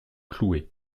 cloué